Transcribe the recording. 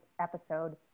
episode